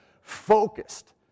focused